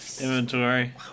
inventory